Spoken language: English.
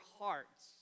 hearts